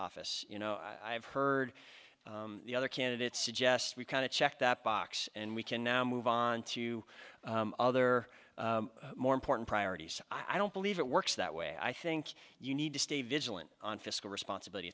office you know i've heard the other candidates suggest we kind of check that box and we can now move on to other more important priorities i don't believe it works that way i think you need to stay vigilant on fiscal responsibility